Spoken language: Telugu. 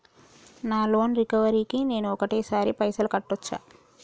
నా లోన్ రికవరీ కి నేను ఒకటేసరి పైసల్ కట్టొచ్చా?